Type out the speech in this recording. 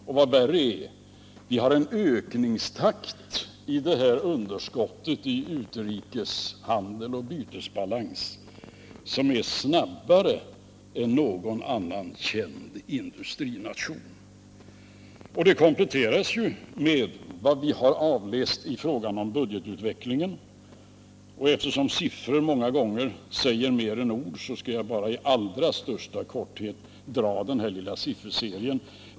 Och vad värre är: Vi har en ökningstakt för det här underskottet i utrikeshandel och bytesbalans som är snabbare än vad någon annan känd industrination har. Det kompletteras med vad vi har avläst i fråga om budgetutvecklingen, och eftersom siffror många gånger säger mer än ord skall jag bara i allra största korthet dra den här lilla sifferserien.